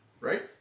Right